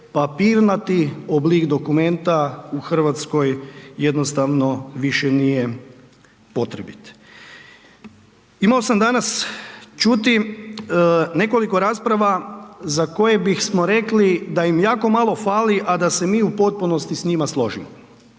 papirnati oblik dokumenta u RH jednostavno više nije potrebit. Imao sam danas čuti nekoliko rasprava za koje bih smo rekli da im jako malo fali, a da se mi u potpunosti s njima složimo.